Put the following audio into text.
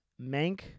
Mank